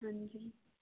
ਹਾਂਜੀ